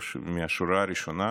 מהשורה הראשונה